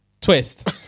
Twist